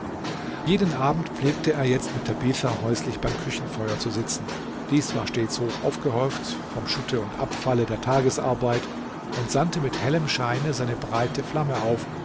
jeden abend pflegte er jetzt mit tabitha häuslich beim küchenfeuer zu sitzen dies war stets hoch aufgehäuft vom schutte und abfalle der tagesarbeit und sandte mit hellem scheine seine breite flamme auf